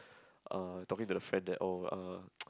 uh talking to the friend that oh uh